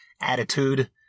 attitude